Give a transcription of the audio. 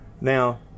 now